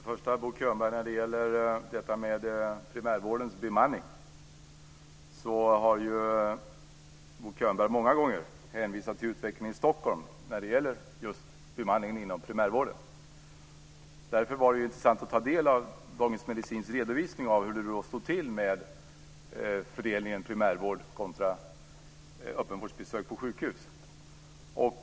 Fru talman! När det gäller detta med primärvårdens bemanning har ju Bo Könberg många gånger hänvisat till utvecklingen i Stockholm. Därför var det intressant att ta del av Dagens Medicins redovisning av hur det står till med fördelningen primärvård kontra öppenvårdsbesök på sjukhus.